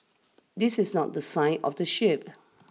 this is not the sign of the ship